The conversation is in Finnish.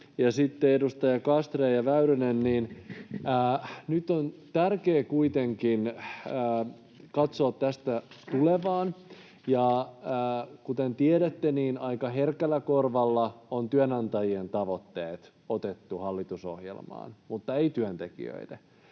edustajat Castrén ja Väyrynen. Nyt on tärkeää kuitenkin katsoa tästä tulevaan, ja kuten tiedätte, aika herkällä korvalla on työnantajien tavoitteet otettu hallitusohjelmaan mutta ei työntekijöiden.